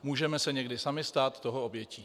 Můžeme se někdy sami stát toho obětí.